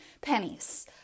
pennies